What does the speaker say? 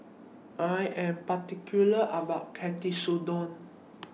I Am particular about Katsudon